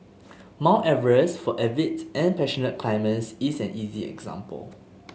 Mount Everest for avid and passionate climbers is an easy example